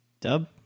Dub